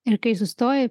ir kai sustoji